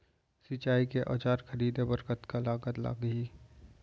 सिंचाई के औजार खरीदे बर कतका लागत लागही?